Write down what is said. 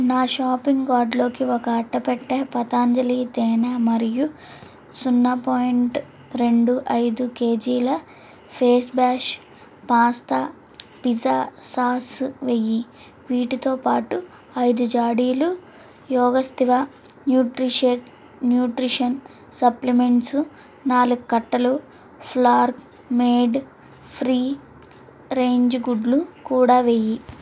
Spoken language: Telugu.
నా షాపింగ్ వార్డులోకి ఒక అట్టపెట్టే పతాంజలి తేనే మరియు సున్నా పాయింట్ రెండు ఐదు కేజీల face wash pasta pizza sauce నెయ్యి వీటోతోపాటు ఐదు జాడీలు యోగేస్టుగా న్యూట్రీషర్ట్ న్యూట్రీషన్ సప్లిమెంట్స్ నాలుగు కట్టలు ఫ్లర్క్మెడ్ ఫ్రీ రేంజ్ గుడ్లు కూడా వెయ్యి